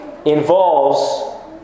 involves